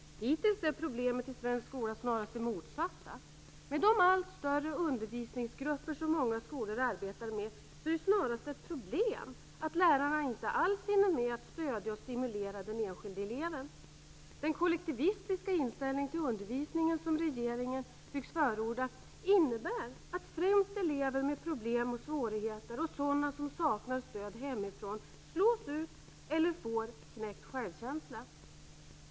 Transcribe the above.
Hittills är problemet i svensk skola snarast det motsatta. Med de allt större undervisningsgrupper som många skolor arbetar med är det snarast ett problem att lärarna inte alls hinner med att stödja och stimulera den enskilde eleven. Den kollektivistiska inställning till undervisningen som regeringen tycks förorda innebär att främst elever med problem och svårigheter och sådana som saknar stöd hemifrån slås ut eller får knäckt självkänsla.